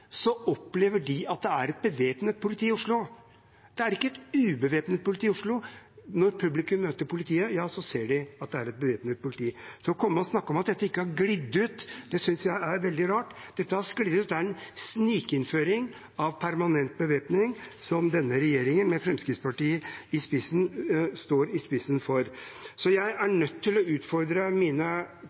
opplever de at det er et bevæpnet politi i Oslo. Det er ikke et ubevæpnet politi i Oslo. Når publikum møter politiet, ser man at det er bevæpnet politi. Så det å komme og snakke om at dette ikke har glidd ut, synes jeg er veldig rart. Dette har sklidd ut. Det er en snikinnføring av permanent bevæpning som denne regjeringen – med Fremskrittspartiet i spissen – står for. Så jeg er nødt til å utfordre mine